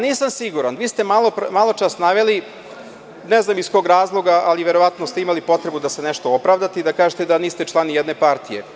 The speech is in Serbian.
Nisam siguran, vi ste maločas naveli, ne znam iz kog razloga, ali verovatno ste imali potrebu da se nešto opravdate i da kažete da niste član nijedne partije.